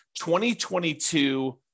2022